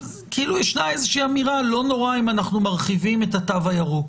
כאילו ישנה איזושהי אמירה: לא נורא אם אנחנו מרחיבים את התו הירוק.